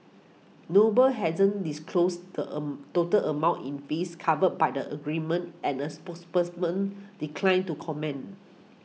Noble hasn't disclosed the a total amount in fees covered by the agreement and a spokesperson man declined to comment